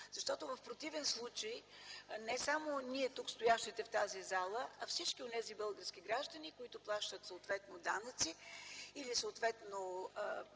Защото в противен случай не само ние, тук стоящите в тази зала, а всички онези български граждани, които плащат данъци или имат